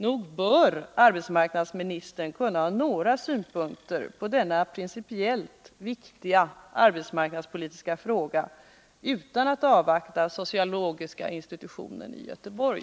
Nog bör arbetsmarknadsministern kunna ha några synpunkter på denna principiellt viktiga arbetsmarknadspolitiska fråga utan att avvakta sociologiska institutionen i Göteborg.